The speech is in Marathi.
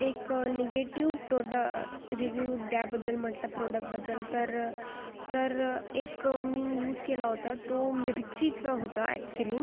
एक निगेटिव्ह प्रोड रिव्ह्यू द्या बद्दल म्हटलं प्रोडक्टबद्दल तर तर एक मी यूज केला होता तो मिरचीचं होता ॲक्च्युली